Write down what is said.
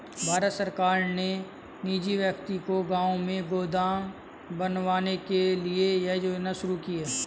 भारत सरकार ने निजी व्यक्ति को गांव में गोदाम बनवाने के लिए यह योजना शुरू की है